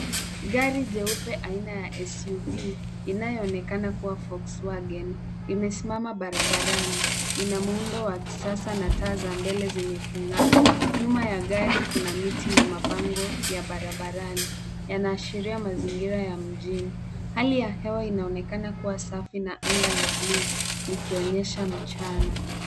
Gari jeupe aina ya SUV inayoonekana kuwa Volkswagen, imesimama barabarani. Ina muundo wa kisasa na taa za mbele zenye kung'aa. Nyuma ya gari kuna miti na mabango ya barabarani. Yanaashiria mazingira ya mjini. Hali ya hewa inaonekana kuwa safi na anga la bluu likionyesa mchana.